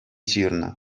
ҫырнӑ